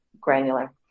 granular